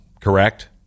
Correct